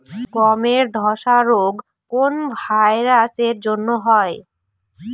গমের ধসা রোগ কোন ভাইরাস এর জন্য হয়?